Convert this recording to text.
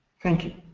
thank you.